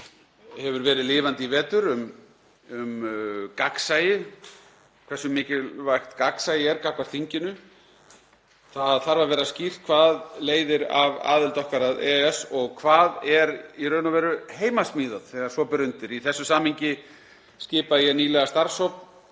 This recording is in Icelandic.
hefur verið lifandi í vetur um gagnsæi, hversu mikilvægt gagnsæi er gagnvart þinginu. Það þarf að vera skýrt hvað leiðir af aðild okkar að EES og hvað er í raun og veru heimasmíðað þegar svo ber undir. Í þessu samhengi skipaði ég nýlega starfshóp